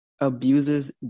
abuses